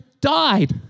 died